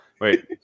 wait